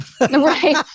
Right